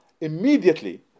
immediately